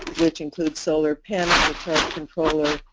which includes solar panels, a controller,